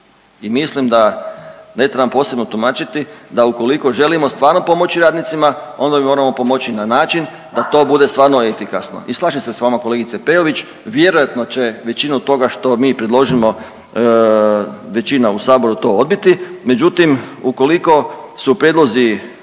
i mislim da ne trebam posebno tumačiti da ukoliko želimo stvarno pomoći radnicima onda im moramo pomoći na način da to bude stvarno efikasno i slažem se s vama kolegice Peović, vjerojatno će većinu od toga što mi predložimo većina u saboru to odbiti međutim, ukoliko su prijedlozi